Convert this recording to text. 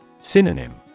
Synonym